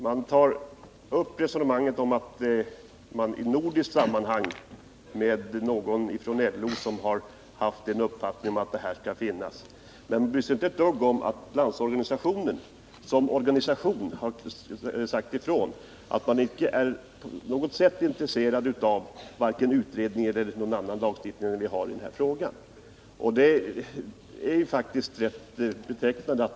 Man hänvisar till att ett nordiskt utskott med någon från LO haft en uppfattning, men man bryr sig inte ett dugg om att LO som organisation har sagt ifrån att man inte på något sätt är intresserad av någon utredning eller av någon annan lagstiftning än den vi har i denna fråga. Detta är ju betecknande.